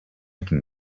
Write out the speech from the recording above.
can